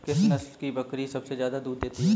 किस नस्ल की बकरी सबसे ज्यादा दूध देती है?